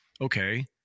okay